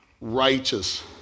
righteous